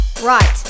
Right